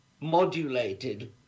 modulated